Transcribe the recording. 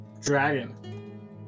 Dragon